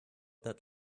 that